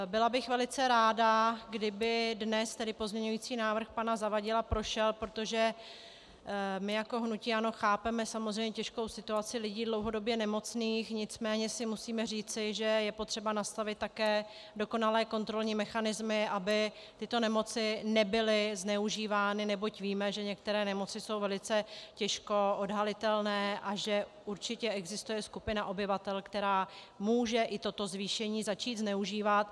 Byla bych velice ráda, kdyby dnes pozměňující návrh pana Zavadila prošel, protože my jako hnutí ANO chápeme těžkou situaci lidí dlouhodobě nemocných, nicméně si musíme říci, že je potřeba nastavit také dokonalé kontrolní mechanismy, aby tyto nemoci nebyly zneužívány, neboť víme, že některé nemoci jsou velice těžko odhalitelné a že určitě existuje skupina obyvatel, která může i toto zvýšení začít zneužívat.